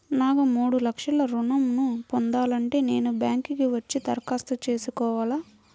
నాకు మూడు లక్షలు ఋణం ను పొందాలంటే నేను బ్యాంక్కి వచ్చి దరఖాస్తు చేసుకోవాలా?